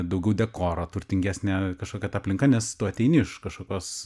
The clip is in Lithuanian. daugiau dekoro turtingesnė kažkokia ta aplinka nes tu ateini iš kažkokios